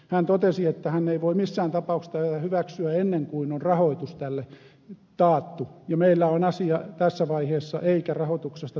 hän totesi että hän ei voi missään tapauksessa tätä hyväksyä ennen kuin on rahoitus tälle taattu ja meillä on asia tässä vaiheessa eikä rahoituksesta tietoakaan